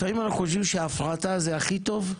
לפעמים אנחנו חושבים שהפרטה זה הכי טוב.